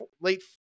late